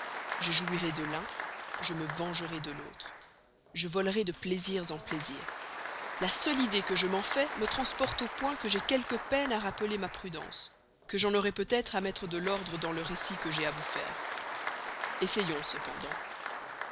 je jouirai de l'un je me vengerai de l'autre je volerai de plaisirs en plaisirs la seule idée que je m'en fais me transporte au point que j'ai quelque peine à rappeler ma prudence que j'en aurai peut-être à mettre de l'ordre dans le récit que j'ai à vous faire essayons cependant